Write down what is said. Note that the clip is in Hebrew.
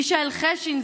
מישאל חשין,